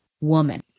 woman